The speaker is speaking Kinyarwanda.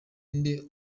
inde